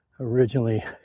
originally